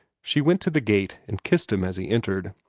she went to the gate, and kissed him as he entered.